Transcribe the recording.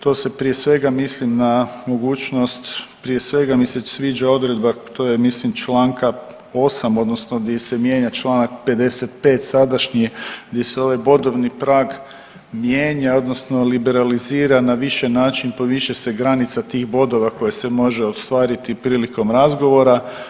To prije svega mislim na mogućnost prije svega mi se sviđa odredba to je mislim čl. 8. odnosno gdje se mijenja čl. 55. sadašnji gdje se ovaj bodovni prag mijenja odnosno liberalizira na više način pomiče se granica tih bodova koje se može ostvariti prilikom razgovora.